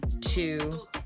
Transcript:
two